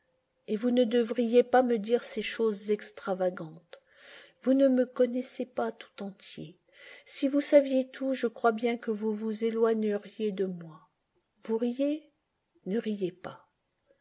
et vous ne devriez pas me dire ces choses extravagantes vous ne me connaissez pas tout entier si vous saviez tout je crois bien que vous vous éloigneriez de moi vous riez ne riez pas